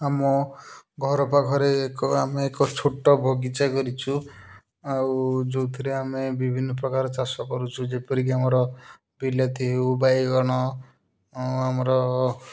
ଆମ ଘର ପାଖରେ ଏକ ଆମେ ଏକ ଛୋଟ ବଗିଚା କରିଛୁ ଆଉ ଯେଉଁଥିରେ ଆମେ ବିଭିନ୍ନ ପ୍ରକାର ଚାଷ କରୁଚୁ ଯେପରିକି ଆମର ବିଲାତି ହେଉ ବାଇଗଣ ଆମର